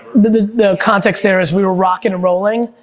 the the context there is, we were rocking and rolling,